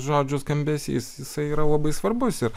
žodžių skambesys jisai yra labai svarbus ir